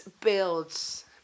builds